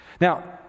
Now